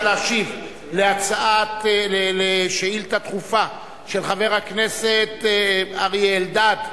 להשיב על שאילתא דחופה של חבר הכנסת אריה אלדד,